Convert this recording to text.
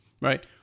right